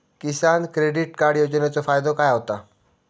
किसान credit card योजनेचो फायदो काय होता?